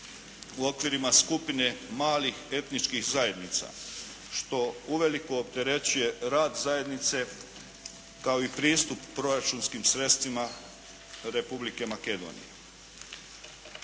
u okvirima skupine malih etničkih zajednica što uveliko opterećuje rad zajednice kao i pristup proračunskim sredstvima Republike Makedonije.